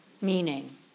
meaning